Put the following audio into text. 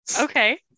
Okay